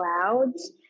clouds